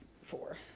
four